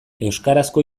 euskarazko